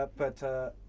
ah but